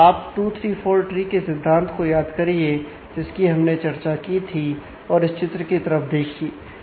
आप 2 3 4 ट्री के सिद्धांत को याद करिए जिसकी हमने चर्चा की थी और इस चित्र की तरफ देखिए